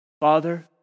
Father